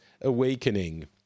awakening